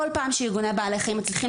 בכל פעם שארגוני בעלי החיים מצליחים